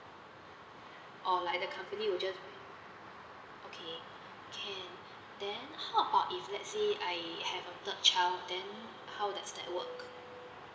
or like the company will just okay can then how about if let's see I have a third child then how does that work